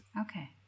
Okay